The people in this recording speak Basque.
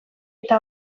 eta